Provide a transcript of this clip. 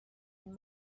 and